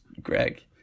Greg